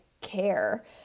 care